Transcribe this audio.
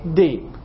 deep